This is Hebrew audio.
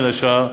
בין השאר,